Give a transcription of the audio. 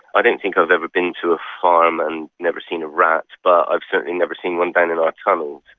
i don't think i've ever been to a farm and never seen a rat, but i've certainly never seen one down in our tunnels.